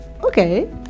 Okay